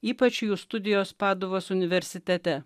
ypač jų studijos paduvos universitete